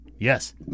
Yes